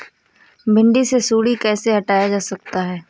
भिंडी से सुंडी कैसे हटाया जा सकता है?